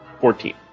fourteen